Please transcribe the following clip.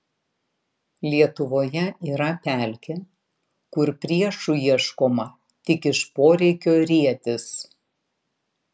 lietuvoje yra pelkė kur priešų ieškoma tik iš poreikio rietis